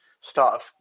Start